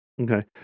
okay